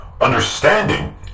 understanding